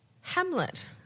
Hamlet